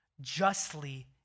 justly